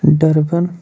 ڈٔربَن